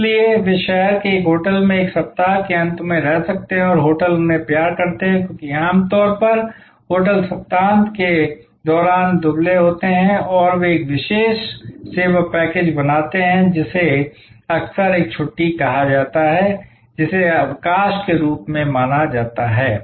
इसलिए वे शहर के एक होटल में एक सप्ताह के अंत में रह सकते हैं और होटल उन्हें प्यार करते हैं क्योंकि आम तौर पर होटल सप्ताहांत के दौरान दुबले होते हैं और वे एक विशेष सेवा पैकेज बनाते हैं जिसे अक्सर एक छुट्टी कहा जाता है जिसे अवकाश के रूप में माना जाता है